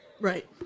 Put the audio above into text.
right